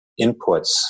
inputs